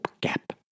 gap